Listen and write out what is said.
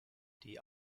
die